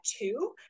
two